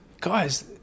guys